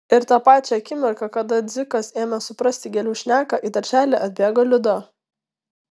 ir tą pačią akimirką kada dzikas ėmė suprasti gėlių šneką į darželį atbėgo liuda